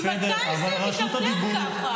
ממתי זה מתנהל ככה?